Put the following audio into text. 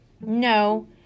No